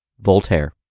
Voltaire